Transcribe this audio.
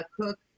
cook